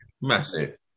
Massive